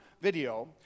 video